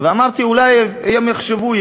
ואמרתי: אולי היום יחשבו,